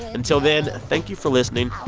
until then, thank you for listening.